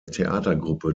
theatergruppe